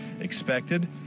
expected